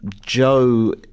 Joe